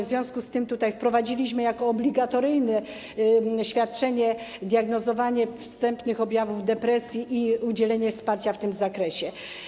W związku z tym wprowadziliśmy jako obligatoryjne świadczenie diagnozowanie wstępnych objawów depresji i udzielanie wsparcia w tym zakresie.